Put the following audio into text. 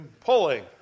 pulling